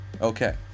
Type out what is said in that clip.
Okay